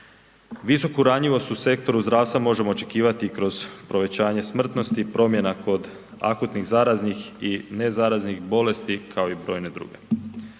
Visoku ranjivost u sektoru zdravstva možemo očekivati kroz povećanje smrtnosti, promjena kod akutnih zaraznih i nezaraznih bolesti kao i brojne druge.